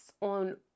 on